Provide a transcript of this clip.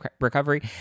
recovery